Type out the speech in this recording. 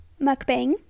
mukbang